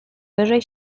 wyżej